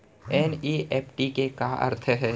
NEFT के का अर्थ है?